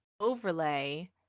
overlay